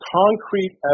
concrete